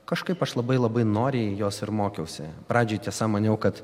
kažkaip aš labai labai noriai jos ir mokiausi pradžioj tiesa maniau kad